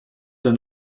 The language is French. d’un